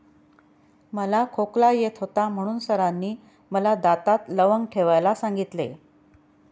मला खोकला येत होता म्हणून सरांनी मला दातात लवंग ठेवायला सांगितले